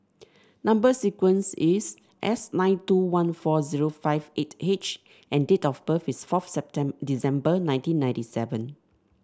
number sequence is S nine two one four zero five eight H and date of birth is fourth December nineteen ninety seven